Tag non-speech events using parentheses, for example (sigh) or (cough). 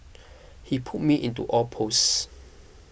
(noise) he put me into all posts